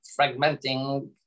fragmenting